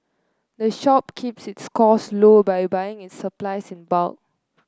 the shop keeps its costs low by buying its supplies in bulk